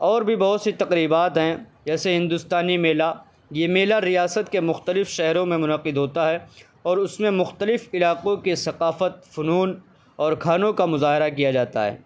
اور بھی بہت سی تقریبات ہیں جیسے ہندوستانی میلہ یہ میلہ ریاست کے مختلف شہروں میں منعقد ہوتا ہے اور اس میں مختلف علاقوں کے ثقافت فنون اور کھانوں کا مظاہرہ کیا جاتا ہے